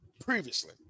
previously